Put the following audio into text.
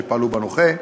שפעלו בנושא,